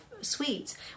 sweets